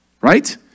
Right